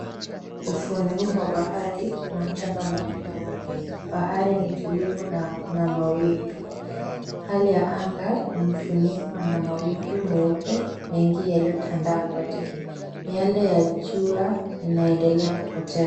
Ufuoni huu mwa bahari kuna mchanga mingi mweupe. Bahari lenye tulivu na kuna mawimbi. Hali ya anga imefunikwa na mawingu meupe mengi yaliyotandaa kote. Miale ya jua inaendelea kupotea.